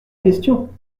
question